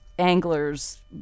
Anglers